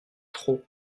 trop